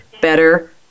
better